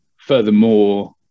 Furthermore